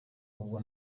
ubwo